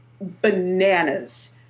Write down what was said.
bananas